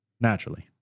Naturally